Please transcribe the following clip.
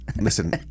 Listen